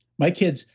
my kids,